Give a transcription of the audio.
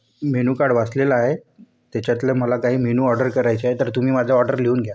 menu card वाचलेलं आहे त्याच्यातलं मला काही मेनू ऑर्डर करायचं आहे तर तुम्ही माझं ऑर्डर लिहून घ्या